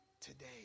today